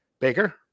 Baker